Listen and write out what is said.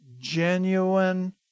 genuine